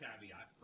caveat